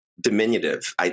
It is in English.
diminutive